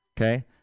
Okay